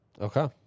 Okay